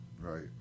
Right